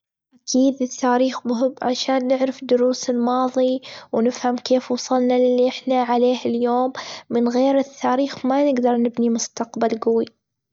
أكيد التاريخ مهم عشان نعرف دروس الماظي ونفهم كيف وصلنا اللي احنا عليه اليوم من غير التاريخ ما نجدر نبني مستجبل جوي.